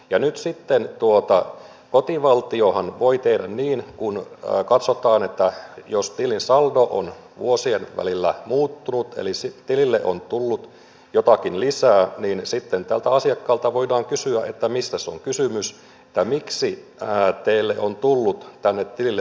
ja nyt sitten kotivaltiohan voi tehdä niin kun katsotaan että tilin saldo on vuosien välillä muuttunut eli tilille on tullut jotakin lisää että sitten tältä asiakkaalta voidaan kysyä että miksi teille on tullut tänne tilille lisää saldoa